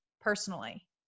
personally